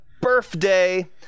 birthday